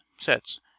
sets